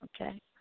okay